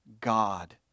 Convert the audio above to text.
God